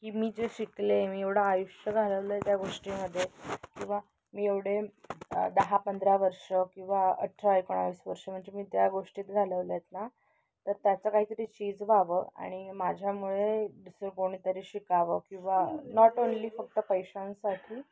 की मी जे शिकले मी एवढं आयुष्य घालवलं आहे त्या गोष्टीमध्ये किंवा मी एवढे दहा पंधरा वर्ष किंवा अठरा एकोणावीस वर्ष म्हणजे मी त्या गोष्टीत घालवल्या आहेत ना तर त्याचं काहीतरी चीज व्हावं आणि माझ्यामुळे दुसरं कोणीतरी शिकावं किंवा नॉट ओनली फक्त पैशांसाठी